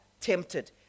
tempted